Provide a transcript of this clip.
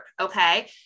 okay